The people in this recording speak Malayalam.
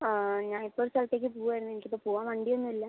ആ ഞാൻ ഇപ്പോൾ ഒരു സ്ഥലത്തേക്ക് പോകുവായിരുന്നു എനിക്ക് ഇപ്പോൾ പോകാൻ വണ്ടി ഒന്നും ഇല്ല